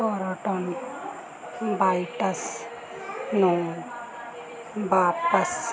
crouton bytes ਨੂੰ ਵਾਪਸ